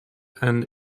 and